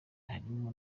harimo